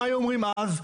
מה היו אומרים אז?